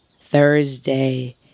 Thursday